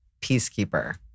peacekeeper